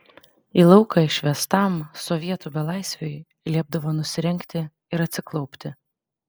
į lauką išvestam sovietų belaisviui liepdavo nusirengti ir atsiklaupti